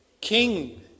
King